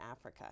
Africa